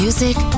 Music